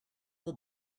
will